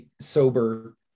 sober